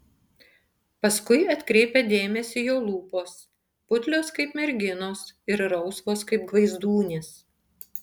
paskui atkreipia dėmesį jo lūpos putlios kaip merginos ir rausvos kaip gvaizdūnės